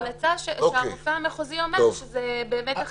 המלצה שהרופא המחוזי אומר שזה באמת --- אוקיי.